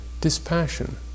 dispassion